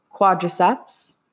quadriceps